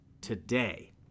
today